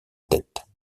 tête